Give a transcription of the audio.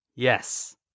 Yes